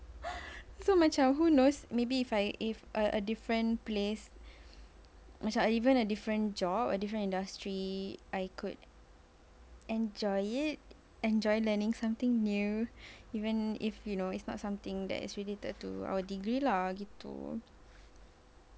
so macam who knows maybe if I if a a different place macam even a different job a different industry I could enjoy it enjoy learning something new even if you know it's not something that is related to our degree lah gitu